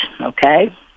okay